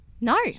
no